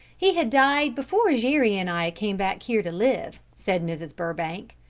he had died before jere and i came back here to live, said mrs. burbank.